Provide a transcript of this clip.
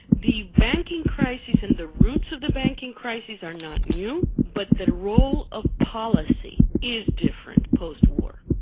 the banking crisis and the roots of the banking crisis are not new, but the role of policy is different post-war.